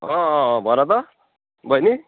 अँ अँ अँ भन त बैनी